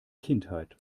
kindheit